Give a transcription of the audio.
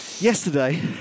Yesterday